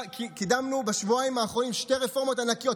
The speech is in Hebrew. קידמנו בשבועיים האחרונים שתי רפורמות ענקיות,